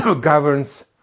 governs